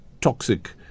toxic